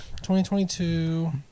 2022